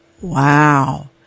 Wow